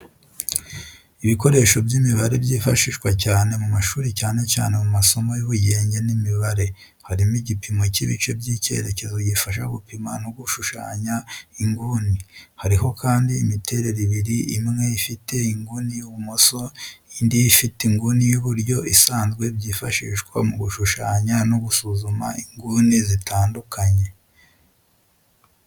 Ibikoresho by'imibare byifashishwa cyane mu mashuri cyane cyane mu masomo y'ubugenge n'imibare. Harimo igipimo cy'ibice by'icyerekezo gifasha gupima no gushushanya inguni. Hariho kandi imiterere ibiri imwe ifite inguni y'ibumoso indi ifite inguni y'iburyo isanzwe byifashishwa mu gushushanya no gusuzuma inguni zitandukanye.